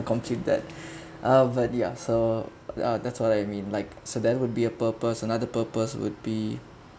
complete that uh everybody ah so uh that's what I mean like so that would be a purpose another purpose would be